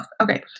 Okay